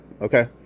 okay